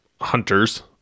hunters